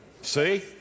See